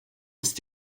ist